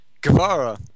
Guevara